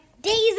Days